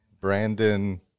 Brandon